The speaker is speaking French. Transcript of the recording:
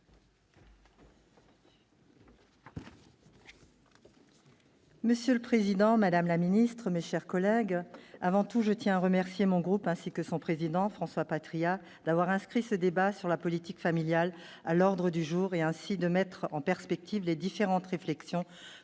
Monsieur le président, madame la ministre, mes chers collègues, avant tout, je tiens à remercier mon groupe, en particulier son président, François Patriat, d'avoir inscrit ce débat sur la politique familiale à l'ordre du jour et de nous donner ainsi l'occasion de mettre en perspective les différentes réflexions